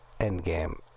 endgame